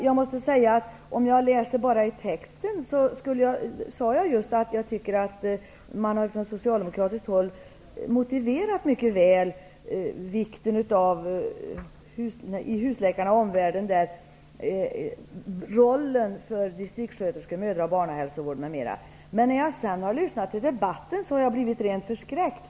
Jag sade tidigare att om det bara gäller texten i socialdemokraternas reservation tycker jag att man mycket väl har motiverat vilken roll husläkarna, distriktssköterskorna, mödra och barnhälsovården m.fl. skall ha. När jag sedan lyssnade till debatten blev jag helt förskräckt.